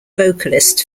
vocalist